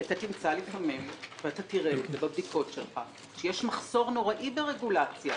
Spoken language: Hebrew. אתה תמצא ואתה תראה בבדיקות שלך שלפעמים יש מחסור נוראי ברגולציה,